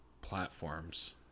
platforms